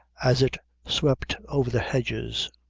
as it swept over the hedges.